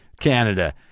Canada